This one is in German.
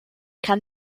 kann